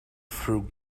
through